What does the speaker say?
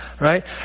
Right